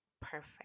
perfect